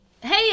Hey